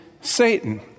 Satan